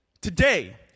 Today